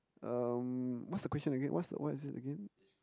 um what's the question again what's what is it again